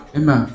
Emma